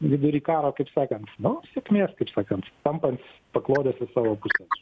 vidury karo kaip sakant nu sėkmės kaip sakant tampant paklodę į savo puses žinai